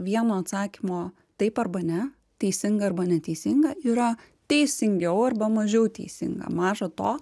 vieno atsakymo taip arba ne teisinga arba neteisinga yra teisingiau arba mažiau teisinga maža to